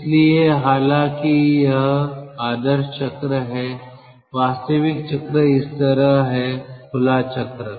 इसलिए हालांकि यह आदर्श चक्र है वास्तविक चक्र इस तरह है खुला चक्र